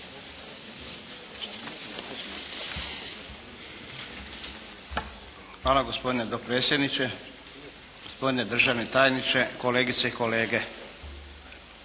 Hvala gospodine dopredsjedniče. Gospodine državni tajniče, kolegice i kolege.